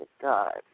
God